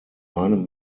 meinem